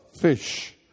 fish